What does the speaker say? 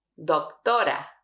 doctora